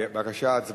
בבקשה, הצבעה.